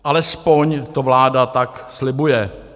Alespoň to vláda tak slibuje.